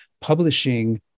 publishing